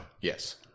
Yes